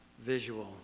visual